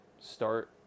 start